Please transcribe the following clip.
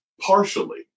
partially